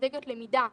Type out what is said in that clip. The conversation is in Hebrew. אסטרטגיות למידה,